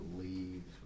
leave